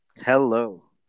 Hello